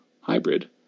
hybrid